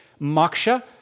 moksha